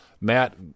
Matt